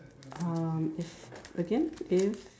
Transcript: um if again if